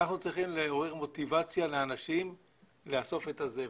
אנחנו צריכים לעורר מוטיבציה באנשים לאסוף את הזבל,